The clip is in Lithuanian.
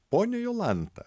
ponia jolanta